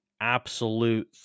absolute